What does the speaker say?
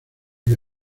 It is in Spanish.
que